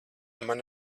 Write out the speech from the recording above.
man